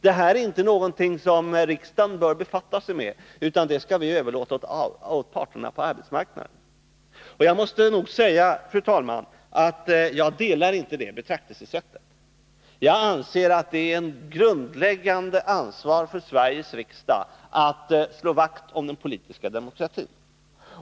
Det är inte någonting som riksdagen bör befatta sig med, utan det skall vi överlåta åt parterna på arbetsmarknaden. Jag måste säga, fru talman, att jag inte instämmer i det betraktelsesättet. Jag anser att det är ett grundläggande ansvar för Sveriges riksdag att slå vakt om den politiska demokratin.